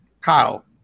Kyle